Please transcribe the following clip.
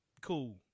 Cool